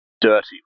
dirty